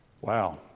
wow